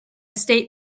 state